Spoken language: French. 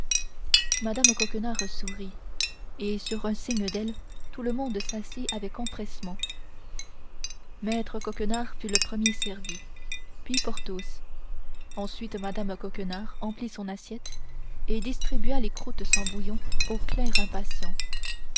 mme coquenard sourit et sur un signe d'elle tout le monde s'assit avec empressement maître coquenard fut le premier servi puis porthos ensuite mme coquenard emplit son assiette et distribua les croûtes sans bouillon aux clercs impatients